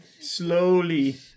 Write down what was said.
slowly